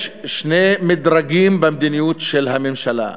יש שני מדרגים במדיניות של הממשלה: